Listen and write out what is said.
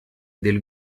del